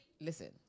listen